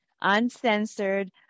uncensored